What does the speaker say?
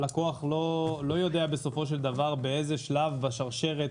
בסופו של דבר הלקוח לא יודע באיזה שלב בשרשרת